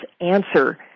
answer